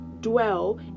dwell